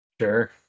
Sure